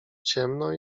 ciemno